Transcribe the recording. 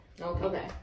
Okay